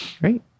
Great